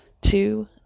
Two